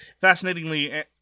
Fascinatingly